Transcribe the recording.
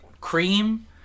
Cream